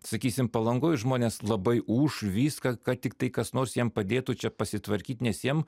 sakysim palangoje žmonės labai ūš viską kad tiktai kas nors jiem padėtų čia pasitvarkyt nes jiems